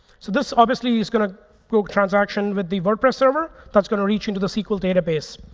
so this obviously is going to go transaction with the wordpress server. that's going to reach into the sql database.